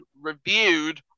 reviewed